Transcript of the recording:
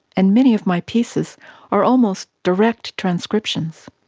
and many of my pieces are almost direct transcriptions.